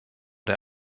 der